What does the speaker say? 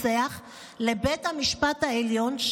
דין בערעורו של הרוצח לבית המשפט העליון,